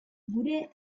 gure